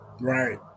Right